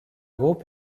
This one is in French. groupe